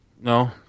no